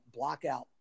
blockout